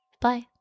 Bye